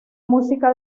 música